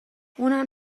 اونم